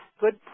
good